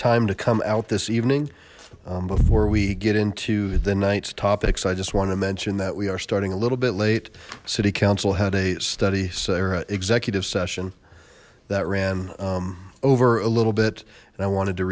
time to come out this evening before we get into the night topics i just want to mention that we are starting a little bit late city council had a study sara executive session that ran over a little bit and i wanted to